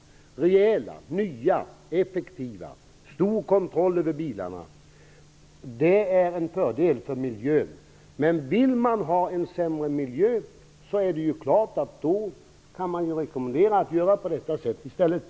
De är rejäla, nya och effektiva, och man har stor kontroll över bilarna, vilket är en fördel för miljön. Men vill man ha en sämre miljö, är det ju klart att man i stället kan rekommendera att göra som Per Rosengren förordar.